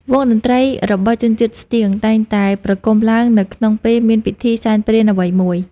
វង់តន្ដ្រីរបស់ជនជាតិស្ទៀង តែងតែប្រគំឡើងនៅក្នុងពេលមានពិធីសែនព្រេនអ្វីមួយ។